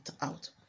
out